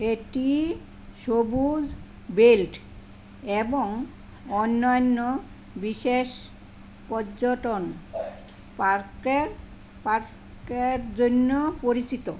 এটি সবুজ বেল্ট এবং অন্যান্য বিশেষ পর্যটন পার্কের পার্কের জন্য পরিচিত